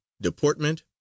deportment